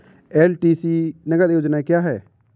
LTC नगद योजना क्या है?